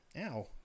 Ow